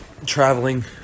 traveling